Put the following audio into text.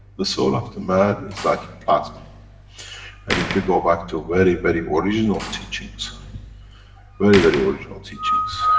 the soul of the man is like a plasma and if you go back, to very, very, original teachings very, very, original teachings.